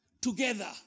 together